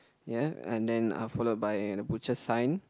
ya and then uh followed by the butcher sign